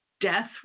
death